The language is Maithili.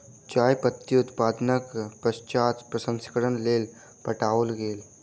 चाय पत्ती उत्पादनक पश्चात प्रसंस्करणक लेल पठाओल गेल